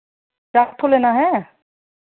चार ठो लेना है